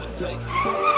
take